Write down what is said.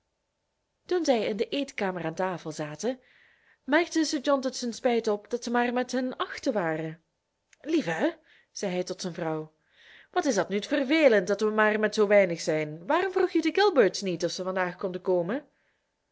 toen zij in de eetkamer aan tafel zaten merkte sir john tot zijn spijt op dat ze maar met hun achten waren lieve zei hij tot zijn vrouw wat is dat nu vervelend dat we maar met zoo weinig zijn waarom vroeg je de gilberts niet of ze vandaag konden komen